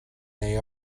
they